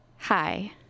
Hi